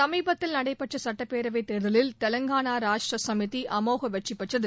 சமீபத்தில் நடைபெற்ற சுட்டப்பேரவைத் தேர்தலில் தெலங்கானா ராஷ்ட்ர சமிதி அமோக வெற்றி பெற்றது